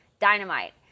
dynamite